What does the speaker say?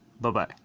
Bye-bye